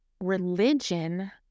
religion